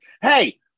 hey